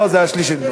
לא, זה היה שלישית.